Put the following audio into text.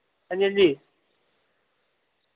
हांजी हांजी